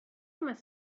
must